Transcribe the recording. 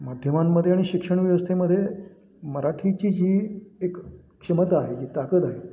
माध्यमांमध्ये आणि शिक्षण व्यवस्थेमध्ये मराठीची जी एक क्षमता आहे जी ताकद आहे